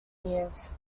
years